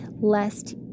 lest